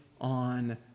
on